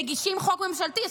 מגישים חוק ממשלתי.